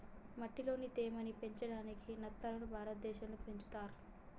మట్టిలోని తేమ ని పెంచడాయికి నత్తలని భారతదేశం లో పెంచుతర్